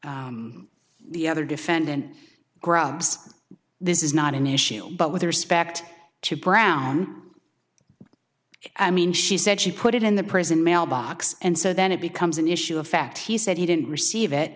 the other defendant grubbs this is not an issue but with respect to brown i mean she said she put it in the prison mailbox and so then it becomes an issue of fact he said he didn't receive it